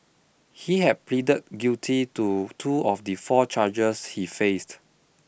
he had pleaded guilty to two of the four chargers he faced